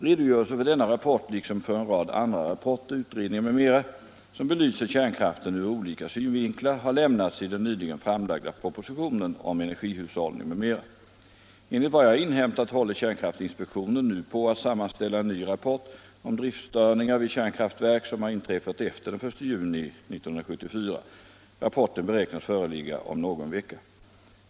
Redogörelse för denna rapport — Om redovisning till liksom för en rad andra rapporter, utredningar m.m., som belyser kärn = riksdagen av kraften ur olika synvinklar, har lämnats i den nyligen framlagda pro = driftstörningar positionen om energihushållning m.m. Enligt vad jag inhämtat håller — m.m. vid kärnkärnkraftinspektionen nu på att sammanställa en ny rapport om drift — kraftverk störningar vid kärnkraftverk som har inträffat efter den 1 juni 1974. Rapporten beräknas föreligga om någon vecka.